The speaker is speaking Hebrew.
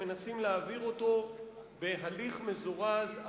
שמנסים להעביר אותו בהליך מזורז,